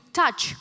touch